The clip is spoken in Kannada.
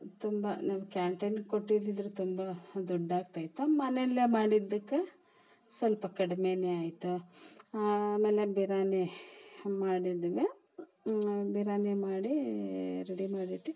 ತುಂಬ ನಾವು ಕ್ಯಾಂಟೀನ್ಗೆ ಕೊಟ್ಟಿದಿದ್ರೆ ತುಂಬ ದುಡ್ಡಾಗ್ತಾಯಿತ್ತು ಮನೆಯಲ್ಲೇ ಮಾಡಿದ್ದಕ್ಕೆ ಸ್ವಲ್ಪ ಕಡ್ಮೆ ಆಯಿತು ಆಮೇಲೆ ಬಿರ್ಯಾನಿ ಮಾಡಿದ್ವಿ ಬಿರ್ಯಾನಿ ಮಾಡಿ ರೆಡಿ ಮಾಡಿಟ್ಟು